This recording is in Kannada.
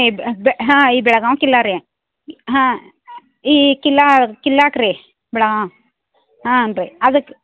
ಹಾಂ ಈ ಬೆಳಗಾಂ ಕಿಲಾ ರೀ ಹಾಂ ಈ ಕಿಲಾ ಕಿಲಾಗ್ ರೀ ಬೆಳಗಾಂ ಹಾಂ ರೀ ಅದಕ್ಕೆ